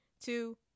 two